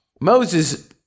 Moses